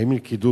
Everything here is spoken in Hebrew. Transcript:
בדרגת סנ"צ?